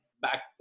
back